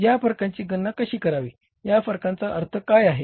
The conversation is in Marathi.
या फरकांची गणना कशी करावी या फरकांचा अर्थ काय आहे